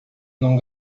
não